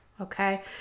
Okay